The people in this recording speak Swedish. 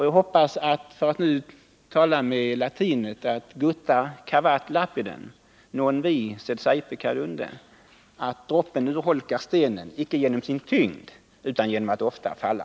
Jag hoppas att — för att tala latin — gutta cavat lapidem, non vi, sed saepe cadendo, dvs. att droppen urholkar stenen, icke genom sin kraft utan genom att ständigt falla.